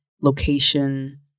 location